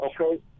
okay